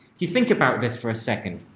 you think about this for a second.